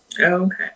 Okay